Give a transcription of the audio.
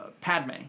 Padme